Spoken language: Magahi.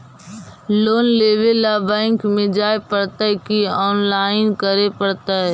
लोन लेवे ल बैंक में जाय पड़तै कि औनलाइन करे पड़तै?